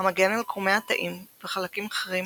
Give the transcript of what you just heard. המגן על קרומי התאים וחלקים אחרים